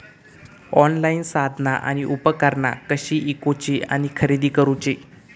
Online साधना आणि उपकरणा कशी ईकूची आणि खरेदी करुची?